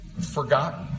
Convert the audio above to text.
forgotten